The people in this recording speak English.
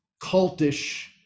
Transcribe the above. cultish